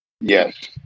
Yes